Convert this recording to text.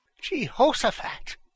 Jehoshaphat